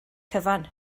cyfan